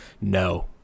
no